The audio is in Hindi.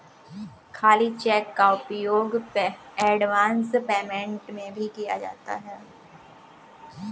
खाली चेक का उपयोग एडवांस पेमेंट में भी किया जाता है